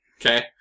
Okay